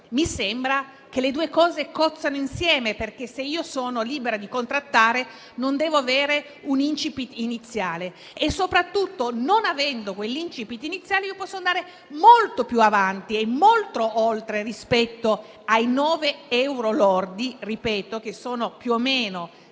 tuttavia che le due cose cozzino insieme, perché, se io sono libera di contrattare, non devo avere un *incipit* iniziale. E soprattutto, non avendo quell'*incipit* iniziale, posso andare molto più avanti e molto oltre rispetto ai 9 euro lordi, che sono più o meno